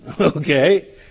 Okay